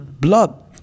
Blood